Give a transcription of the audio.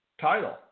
title